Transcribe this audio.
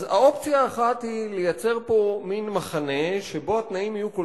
אז האופציה האחת היא לייצר מעין מחנה שבו התנאים יהיו כל